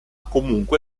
comunque